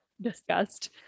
discussed